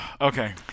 okay